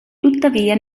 tuttavia